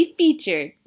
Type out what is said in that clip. featured